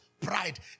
pride